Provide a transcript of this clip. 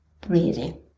breathing